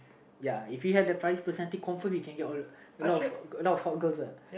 ya if he have that Faris personality confirm he get a lot of hot girls uh